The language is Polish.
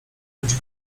mieć